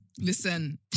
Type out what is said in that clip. Listen